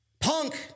Punk